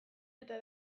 eta